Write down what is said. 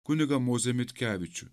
kunigą mozę mitkevičių